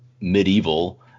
medieval